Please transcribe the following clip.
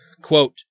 Quote